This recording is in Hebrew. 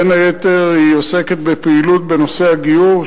בין היתר היא עוסקת בפעילות בנושא הגיור,